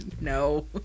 No